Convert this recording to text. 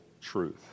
truth